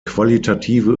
qualitative